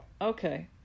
Okay